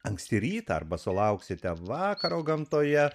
anksti rytą arba sulauksite vakaro gamtoje